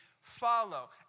follow